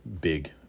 big